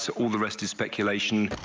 so all the rest is speculation.